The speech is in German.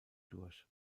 durch